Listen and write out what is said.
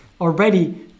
already